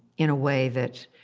in a way that